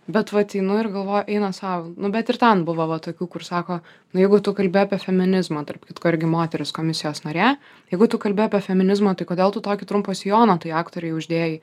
bet vat einu ir galvoju eina sau bet ir ten buvo va tokių kur sako na jeigu tu kalbi apie feminizmą tarp kitko irgi moteris komisijos narė jeigu tu kalbi apie feminizmą tai kodėl tu tokį trumpą sijoną tai aktorei uždėjai